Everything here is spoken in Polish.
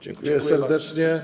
Dziękuję serdecznie.